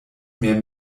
mehr